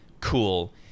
cool